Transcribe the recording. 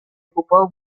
ocupado